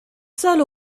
seul